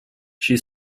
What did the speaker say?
she